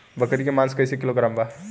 बकरी के मांस कईसे किलोग्राम बा?